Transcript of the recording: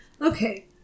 Okay